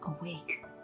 awake